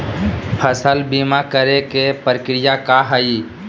फसल बीमा करे के प्रक्रिया का हई?